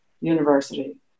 University